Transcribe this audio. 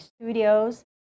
Studios